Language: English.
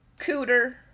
Cooter